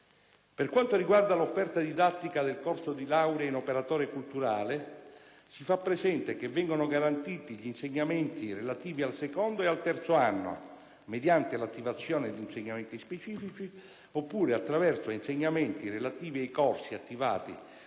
Per quanto riguarda l'offerta didattica del corso di laurea in operatore culturale, si fa presente che vengono garantiti gli insegnamenti relativi al secondo e al terzo anno, mediante l'attivazione di insegnamenti specifici, oppure attraverso insegnamenti relativi ai corsi attivati